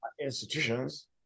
institutions